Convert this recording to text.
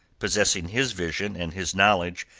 possessing his vision and his knowledge,